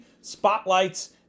spotlights